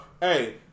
hey